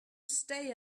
stay